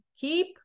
keep